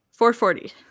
440